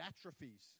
atrophies